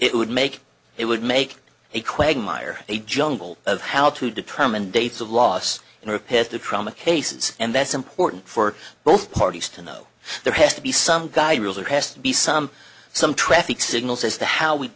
it would make it would make a quagmire a jungle of how to determine dates of loss and repair the trauma cases and that's important for both parties to know there has to be some guide rules or has to be some some traffic signals as to how we